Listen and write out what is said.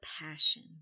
passion